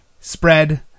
spread